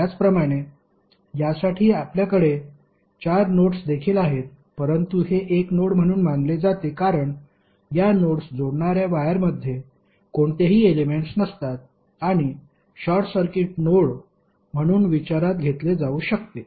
त्याचप्रमाणे यासाठी आपल्याकडे चार नोड्स देखील आहेत परंतु हे एक नोड म्हणून मानले जाते कारण या नोड्स जोडणार्या वायरमध्ये कोणतेही एलेमेंट्स नसतात आणि शॉर्ट सर्किट नोड म्हणून विचारात घेतले जाऊ शकते